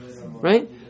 Right